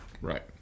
right